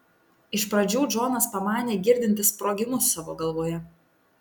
iš pradžių džonas pamanė girdintis sprogimus savo galvoje